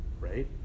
Right